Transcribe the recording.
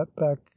back